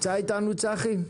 טוב, תשמעו אני לא אוסיף,